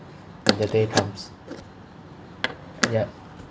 when the day comes yup